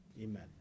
Amen